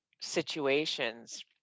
situations